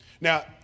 Now